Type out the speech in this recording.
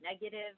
negative